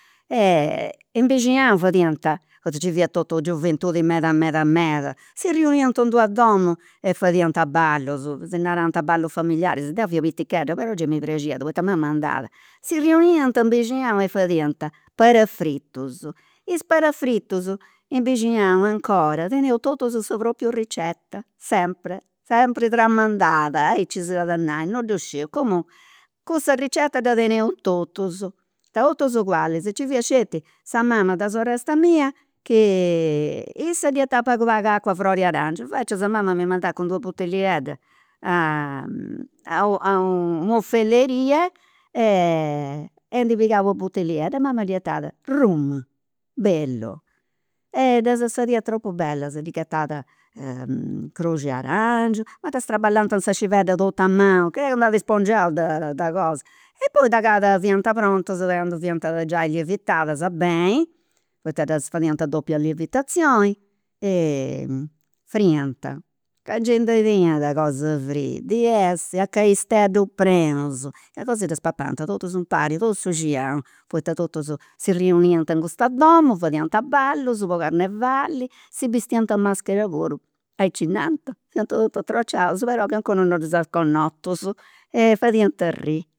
in bixinau fadiant, poita nci fiat totu gioventudi meda meda meda, si riuniant in d'una domu e fadiant ballus, si narant ballus familiaris, deu fia pitichedda però gei mi praxiat poita mama andat, si riuniant in bixinau e fadiant parafritus, is parafritus in bixinau teneus totus sa propria rezeta, sempre, sempri tramandat, aici s'at nai, non ddu sciu, comunque cussa rezeta dda teneus totus, totus agualis, nci fiat sceti sa mama de sorresta mia chi issa ddi ghetat pagu pagu acua fror'e arangiu, invecias mama mi mandat cun d'una butilliedda a a un'ofelleria e ndi pigà una butilliedda, mama ddi 'ettat rum, bellu, e ddas fadiat tropu bellas, ddis ghetat croxu 'e arangiu, ma ddas traballant in sa civedda totu a manu, crei ca n'at spongiau de de cosa e poi de cada fiant prontas de candu fiant giai lievitadas beni, poita ddas fadiant doppia lievitazioni, friiant, ca gei ndi teniat cos'e frii, di essi, a canisteddus prenus, a goa si ddas papant totus impari, totu su 'ixinau, poita totus si riuniant in custa domu, fadiant ballus po carnevali, si bistiant a maschera puru, aici nant, fiant totus atrociaus, però calincunu non ddus at connotus, e fadiant arriri